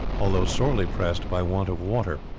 although sorely pressed by want of water.